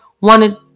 wanted